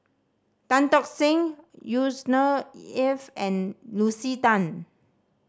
Tan Talk Seng Yusnor Ef and Lucy Tan